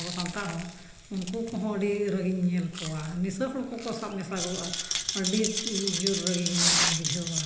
ᱟᱵᱚ ᱥᱟᱱᱛᱟᱲ ᱦᱚᱸ ᱩᱱᱠᱩ ᱠᱚᱦᱚᱸ ᱟᱹᱰᱤ ᱨᱟᱹᱜᱤᱧ ᱧᱮᱞ ᱠᱚᱣᱟ ᱱᱤᱥᱟᱹ ᱦᱚᱲ ᱠᱚᱠᱚ ᱥᱟᱵ ᱢᱮᱥᱟ ᱜᱚᱫᱚᱜᱼᱟ ᱟᱹᱰᱤ ᱡᱳᱨ ᱨᱟᱹᱜᱤ ᱜᱤᱧ ᱵᱩᱡᱷᱟᱹᱣᱟ